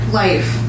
life